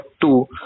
two